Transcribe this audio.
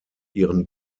ihren